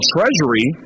Treasury